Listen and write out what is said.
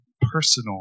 personal